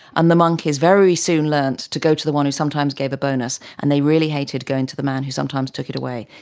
and the monkeys very soon learned to go to the one who sometimes gave a bonus, and they really hated going to the man who sometimes took it away.